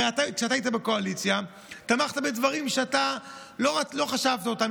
הרי כשאתה היית בקואליציה תמכת בדברים שאתה לא חשבת אותם,